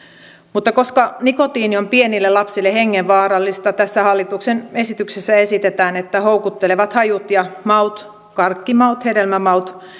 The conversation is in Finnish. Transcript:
mutta koska nikotiini on pienille lapsille hengenvaarallista tässä hallituksen esityksessä esitetään että houkuttelevat hajut ja maut karkkimaut hedelmämaut